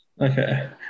Okay